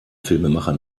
filmemacher